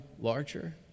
larger